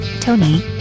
Tony